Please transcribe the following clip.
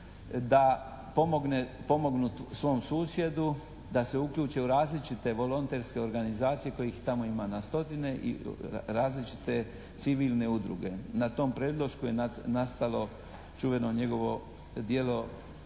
da pomognu svom susjedu da se uključi u različite volonterske organizacije kojih tamo ima na stotine i različite civilne udruge. Na tom predlošku je nastalo čuveno njegovo djelo